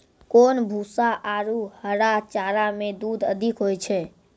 कोन भूसा आरु हरा चारा मे दूध अधिक होय छै?